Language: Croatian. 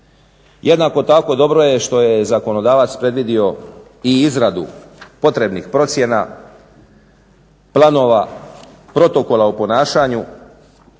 Jednako tako dobro je što je zakonodavac predvidio i izradu potrebnih procjena planova protokola o ponašanju